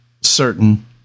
certain